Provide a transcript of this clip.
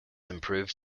improved